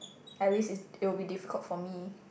at least is it will be difficult for me